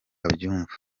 abyumva